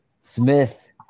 Smith